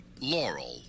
Laurel